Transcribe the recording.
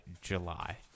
July